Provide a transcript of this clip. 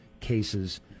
cases